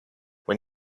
when